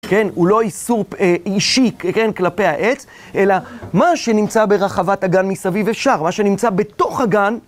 כן, הוא לא איסור אישי, כן, כלפי העץ, אלא מה שנמצא ברחבת הגן מסביב אפשר, מה שנמצא בתוך הגן.